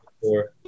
Four